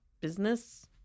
business